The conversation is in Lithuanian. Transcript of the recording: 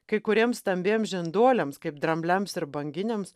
kai kuriems stambiems žinduoliams kaip drambliams ir banginiams